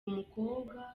mukobwa